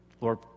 Lord